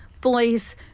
boys